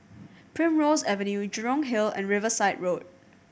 Primrose Avenue Jurong Hill and Riverside Road